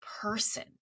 person